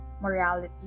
morality